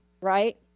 Right